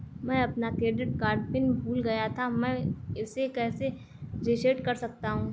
मैं अपना credit card PIN भूल गया था मैं इसे कैसे रीसेट कर सकता हूँ?